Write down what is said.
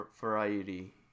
variety